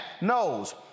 knows